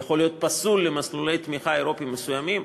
יכול להיות פסול למסלולי תמיכה אירופיים מסוימים,